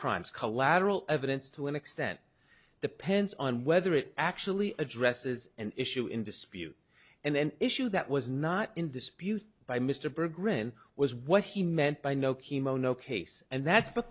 crimes collateral evidence to an extent the pen's on whether it actually addresses an issue in dispute and then issue that was not in dispute by mr bergrin was what he meant by no chemo no case and that's